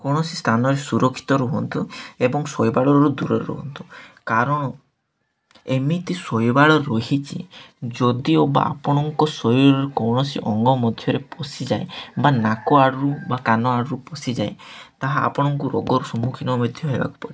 କୌଣସି ସ୍ଥାନରେ ସୁରକ୍ଷିତ ରୁହନ୍ତୁ ଏବଂ ଶୈବାଳରୁ ଦୂରରେ ରୁହନ୍ତୁ କାରଣ ଏମିତି ଶୈବାଳ ରହିଚି ଯଦିଓ ବା ଆପଣଙ୍କ ଶରୀରରେ କୌଣସି ଅଙ୍ଗ ମଧ୍ୟରେ ପଶିଯାଏ ବା ନାକ ଆଡ଼ୁରୁ ବା କାନ ଆଡ଼ୁରୁ ପଶିଯାଏ ତାହା ଆପଣଙ୍କୁ ରୋଗର ସମ୍ମୁଖୀନ ମଧ୍ୟ ହେବାକୁ ପଡ଼େ